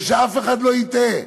ושאף אחד לא יטעה,